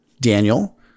Daniel